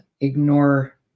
ignore